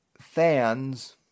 fans